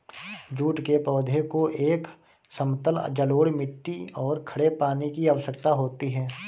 jute के पौधे को एक समतल जलोढ़ मिट्टी और खड़े पानी की आवश्यकता होती है